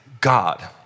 God